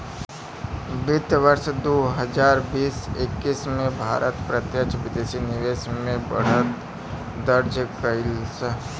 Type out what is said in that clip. वित्त वर्ष दू हजार बीस एक्कीस में भारत प्रत्यक्ष विदेशी निवेश में बढ़त दर्ज कइलस